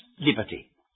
liberty